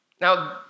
Now